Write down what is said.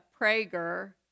Prager